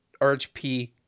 RHP